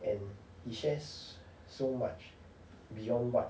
and he shares so much beyond what